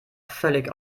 völlig